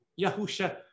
Yahusha